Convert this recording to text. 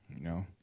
No